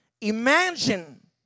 Imagine